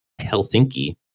Helsinki